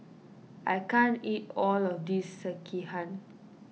I can't eat all of this Sekihan